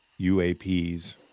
UAPs